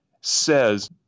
says